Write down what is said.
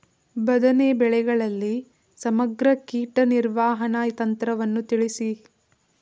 ಬದನೆ ಬೆಳೆಯಲ್ಲಿ ಸಮಗ್ರ ಕೀಟ ನಿರ್ವಹಣಾ ತಂತ್ರವನ್ನು ತಿಳಿಸಿ?